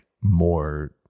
more